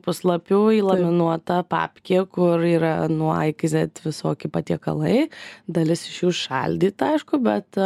puslapių įlaminuota papkė kur yra nuo a iki zet visoki patiekalai dalis iš jų šaldyta aišku bet